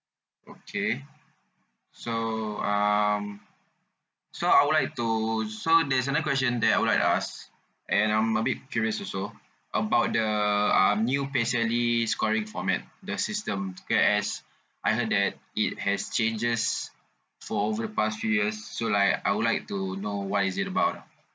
okay so um so I would like to so there's another question that I would like ask and I'm a bit curious also about the uh new P_S_L_E scoring format the system as I heard that it has changes for over the past few years so like I would like to know what is it about lah